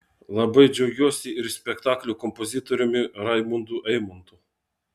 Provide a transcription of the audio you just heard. labai džiaugiuosi ir spektaklio kompozitoriumi raimundu eimontu